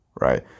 right